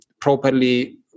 Properly